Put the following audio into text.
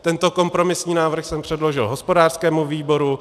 Tento kompromisní návrh jsem předložil hospodářskému výboru.